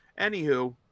Anywho